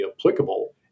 applicable